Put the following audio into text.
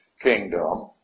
kingdom